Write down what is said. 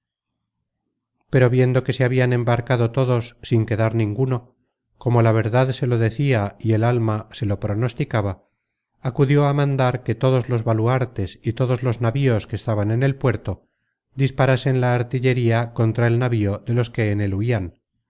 viendo que se habian embarcado todos sin quedar ninguno como la verdad se lo decia y el alma se lo pronosticaba acudió a mandar que todos los baluartes y todos los navíos que estaban en el puerto disparasen la artillería contra el navío de los que en él huian